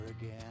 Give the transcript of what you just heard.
again